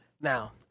Now